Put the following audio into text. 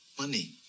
Money